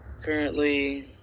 Currently